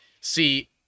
See